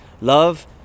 love